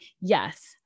Yes